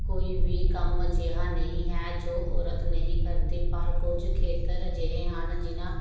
ਕੋਈ ਵੀ ਕੰਮ ਅਜਿਹਾ ਨਹੀਂ ਹੈ ਜੋ ਔਰਤ ਨਹੀਂ ਕਰਦੀ ਪਰ ਕੁਝ ਖੇਤਰ ਅਜਿਹੇ ਹਨ ਜਿਹਨਾਂ